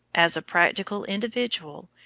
as a practical individual,